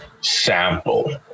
sample